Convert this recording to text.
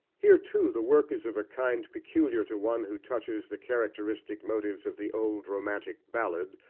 here, too, the work is of a kind peculiar to one who touches the characteristic motives of the old romantic ballad,